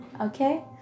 Okay